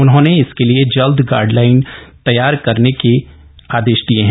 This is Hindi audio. उन्होंने इसके लिए जल्द गाइडलाइन जारी करने का आदेश दिया है